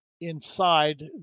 inside